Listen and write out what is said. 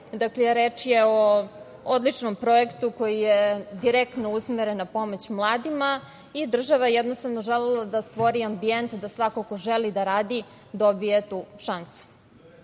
Dakle, reč je o odličnom projektu koji je direktno usmeren na pomoć mladima i država je jednostavno želela da stvori ambijent da svako ko želi da radi dobije tu